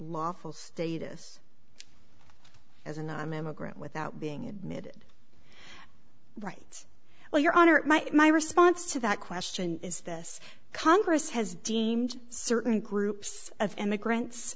lawful status as an imam a grant without being admitted right well your honor my my response to that question is this congress has deemed certain groups of immigrants